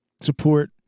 support